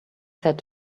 said